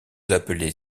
appelez